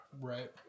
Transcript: Right